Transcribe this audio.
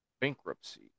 bankruptcy